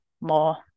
more